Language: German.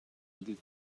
igel